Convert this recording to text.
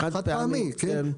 כן.